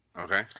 okay